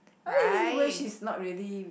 anyway she is not ready